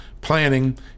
planning